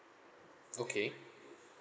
okay